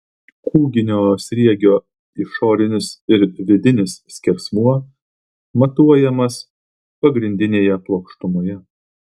kūginio sriegio išorinis ir vidinis skersmuo matuojamas pagrindinėje plokštumoje